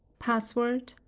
password.